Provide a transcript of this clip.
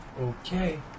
Okay